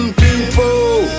people